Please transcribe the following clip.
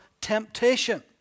temptation